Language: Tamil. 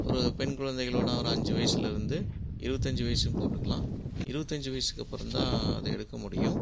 ஒரு பெண் குழந்தைகளோடய ஒரு அஞ்சு வயசுலேருந்து இருபத்தி அஞ்சு வயதும் போட்டுக்கலாம் இருபத்தி அஞ்சு வயதுக்கு அப்புறம் தான் அதை எடுக்க முடியும்